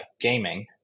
gaming